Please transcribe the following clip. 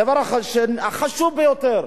הדבר החשוב ביותר,